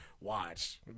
watch